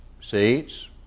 seats